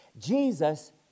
Jesus